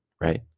right